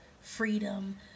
freedom